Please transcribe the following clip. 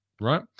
Right